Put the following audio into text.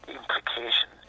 implication